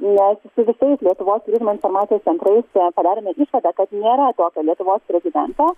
nes su visais lietuvos turizmo informacijos centrais padarėme išvadą kad nėra tokio lietuvos prezidento